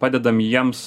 padedam jiems